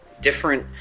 different